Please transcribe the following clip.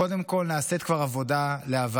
קודם כול, כבר נעשית עבודה להבאת